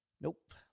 Nope